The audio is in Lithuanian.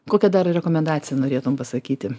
kokią dar ir rekomendaciją norėtum pasakyti